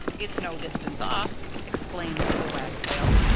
it's no distance off, exclaimed the wagtail.